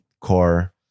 core